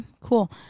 cool